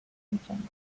weekends